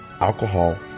alcohol